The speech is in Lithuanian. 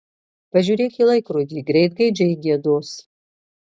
pažiūrėk į laikrodį greit gaidžiai giedos